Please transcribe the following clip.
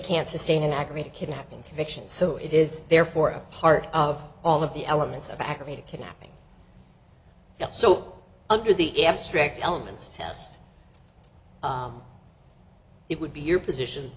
can sustain an aggravated kidnapping conviction so it is therefore a part of all of the elements of aggravated kidnapping so under the abstract elements tell us it would be your position